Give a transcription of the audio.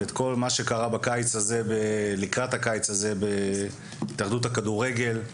ואת כל מה שקרה לקראת הקיץ הזה בהתאחדות הכדורגל.